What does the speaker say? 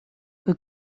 foi